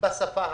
בשפה הערבית.